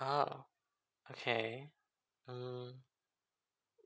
uh okay mm